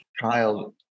child